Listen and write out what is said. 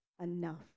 enough